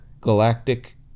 Galactic